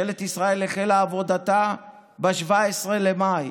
ממשלת ישראל החלה את עבודתה ב-17 במאי,